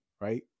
Right